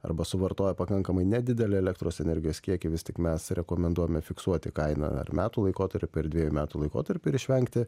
arba suvartoja pakankamai nedidelį elektros energijos kiekį vis tik mes rekomenduojame fiksuoti kainą ar metų laikotarpiui ar dviejų metų laikotarpiui ir išvengti